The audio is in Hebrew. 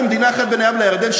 במדינה אחת בין הים לירדן,